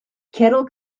kettle